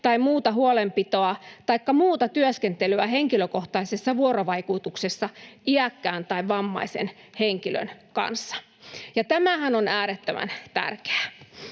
tai muuta huolenpitoa taikka muuta työskentelyä henkilökohtaisessa vuorovaikutuksessa iäkkään tai vammaisen henkilön kanssa, ja tämähän on äärettömän tärkeää.